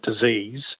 disease